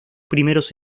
primeros